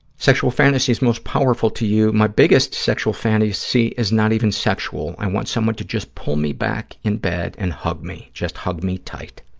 sexual fantasies most powerful to you. my biggest sexual fantasy is not even sexual. i want someone to just pull me back in bed and hug me, just hug me tight.